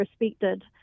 respected